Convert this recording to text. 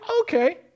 okay